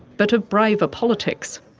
but of braver politics.